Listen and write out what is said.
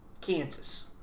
Kansas